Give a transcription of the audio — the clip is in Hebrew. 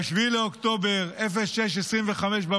ב-7 באוקטובר, ב:-6:25,